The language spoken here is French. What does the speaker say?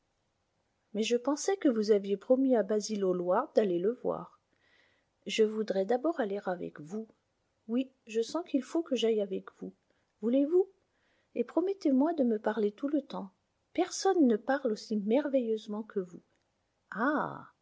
mais je pensais que vous aviez promis à basil hallward d'aller le voir je voudrais d'abord aller avec vous oui je sens qu'il faut que j'aille avec vous voulez-vous et promettez-moi de me parler tout le temps personne ne parle aussi merveilleusement que vous ah